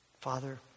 Father